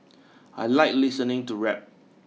I like listening to rap